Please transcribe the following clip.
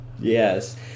yes